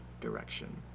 direction